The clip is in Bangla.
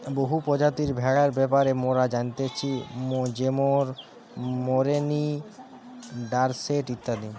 বহু প্রজাতির ভেড়ার ব্যাপারে মোরা জানতেছি যেরোম মেরিনো, ডোরসেট ইত্যাদি